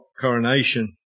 coronation